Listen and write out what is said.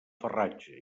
farratge